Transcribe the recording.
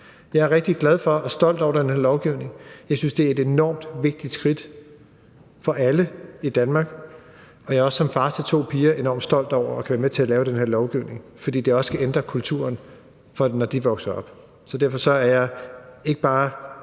Jeg er rigtig glad for og stolt af den her lovgivning. Jeg synes, det er et enormt vigtigt skridt for alle i Danmark, og jeg er også som far til to piger enormt stolt over at kunne være med til at lave den her lovgivning, fordi det også kan ændre kulturen for dem, når de vokser op. Så derfor vil jeg ikke bare